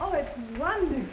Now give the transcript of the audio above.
oh it's one